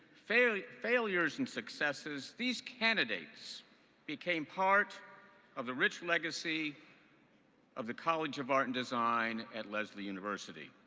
fail failures and successes, these candidates became part of the rich legacy of the college of art and design at lesley university.